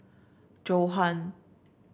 Johan